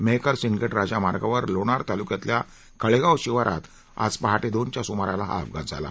मेहकर सिंदखेडराजा मार्गावर लोणार तालुक्यातल्या खळेगाव शिवारात आज पहाटे दोनच्या सुमाराला हा अपघात झाला